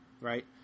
Right